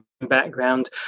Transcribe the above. background